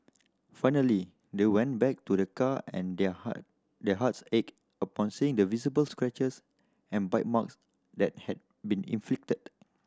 finally they went back to their car and their heart their hearts ached upon seeing the visible scratches and bite marks that had been inflicted